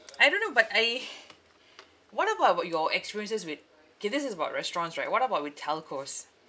I don't know but I what about about your experiences with kay this is about restaurants right what about with telcos